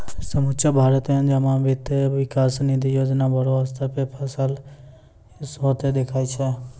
समुच्चा भारत मे जमा वित्त विकास निधि योजना बड़ो स्तर पे सफल होतें देखाय छै